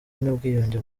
n’ubwiyunge